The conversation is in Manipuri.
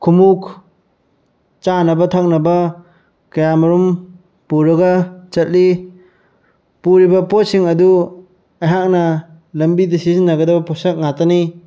ꯈꯣꯡꯎꯞ ꯆꯥꯅꯕ ꯊꯛꯅꯕ ꯀꯌꯥꯃꯔꯨꯝ ꯄꯨꯔꯒ ꯆꯠꯂꯤ ꯄꯨꯔꯤꯕ ꯄꯣꯠꯁꯤꯡ ꯑꯗꯨ ꯑꯩꯍꯥꯛꯅ ꯂꯝꯕꯤꯗ ꯁꯤꯖꯤꯟꯅꯒꯗꯕ ꯄꯣꯠꯁꯛ ꯉꯥꯛꯇꯅꯤ